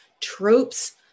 tropes